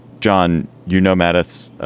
john, you know, mammoth's,